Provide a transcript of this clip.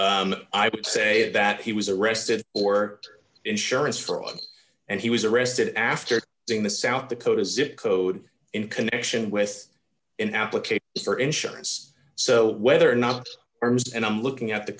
say that he was arrested or insurance fraud and he was arrested after doing the south dakota zip code in connection with an application for insurance so whether or not arms and i'm looking at the